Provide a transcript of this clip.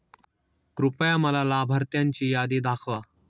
कृपया मला लाभार्थ्यांची यादी दाखवा